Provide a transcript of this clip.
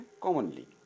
commonly